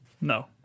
No